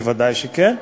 בוודאי שכן,